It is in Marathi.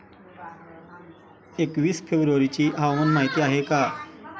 एकवीस फेब्रुवारीची हवामान माहिती आहे का?